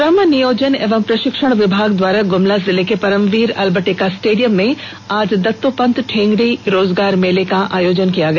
श्रम नियोजन एवं प्रषिक्षण विभाग द्वारा गुमला जिले के परमबीर अल्बर्ट एक्का स्टेडियम में आज दत्तोपंत ठेंगरी रोजगार मेले का आयोजन किया गया